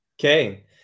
Okay